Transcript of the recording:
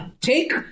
Take